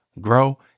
grow